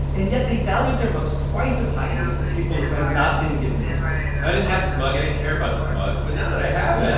and yet they valued their mugs twice as highly as people who had not been given mugs so i didn't have this mug. i didn't care about this mug. but now that i have it. yeah.